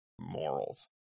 morals